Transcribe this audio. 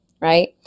right